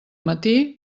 matí